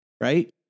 right